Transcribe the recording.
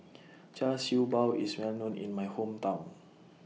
Char Siew Bao IS Well known in My Hometown